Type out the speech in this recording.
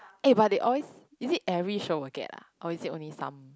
eh but they always is it every show will get ah or is it only some